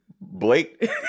blake